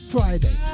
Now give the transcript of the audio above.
Friday